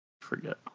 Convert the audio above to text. Forget